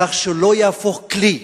כך שלא יהפוך כלי